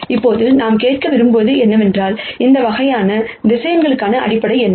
இப்போது நாம் கேட்க விரும்புவது என்னவென்றால் இந்த வகையான வெக்டர்ஸ் அடிப்படை என்ன